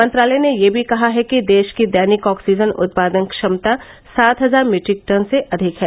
मंत्रालय ने यह भी कहा है कि देश की दैनिक ऑक्सीजन उत्पादन क्षमता सात हजार मीट्रिक टन से अधिक है